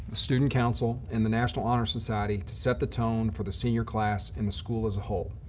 the student council, and the national honor society to set the tone for the senior class in the school as a whole.